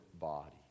body